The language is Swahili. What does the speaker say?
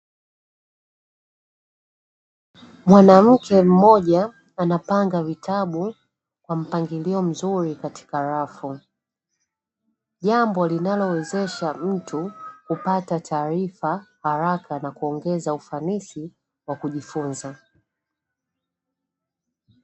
Mwanamke mmoja anapanga vitabu kwa mpangilio mzuri katika rafu, jambo linalowezesha mtu kupata taarifa haraka na kuongeza ufanisi wa kujifunza.